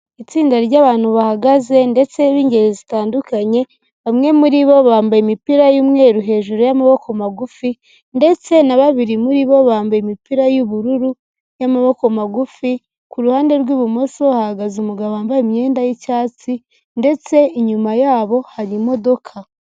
Itsinda ry'abantu bahagaze ndetse b'ingeri zitandukanye, bamwe muri bo bambaye imipira y'umweru hejuru y'amaboko magufi ndetse na babiri muri bo bambaye imipira y'ubururu y'amaboko magufi, ku ruhande rw'ibumoso hahagaze umugabo wambaye imyenda y'icyatsi ndetse inyuma yabo hari imodoka.